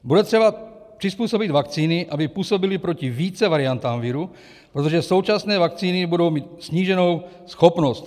Bude třeba přizpůsobit vakcíny, aby působily proti více variantám viru, protože současné vakcíny budou mít sníženou schopnost.